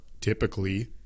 typically